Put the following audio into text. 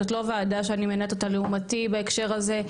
זאת לא ועדה שאני מנהלת אותה לעומתי בהקשר הזה,